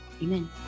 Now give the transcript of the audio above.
amen